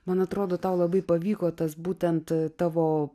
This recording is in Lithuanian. man atrodo tau labai pavyko tas būtent tavo